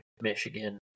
Michigan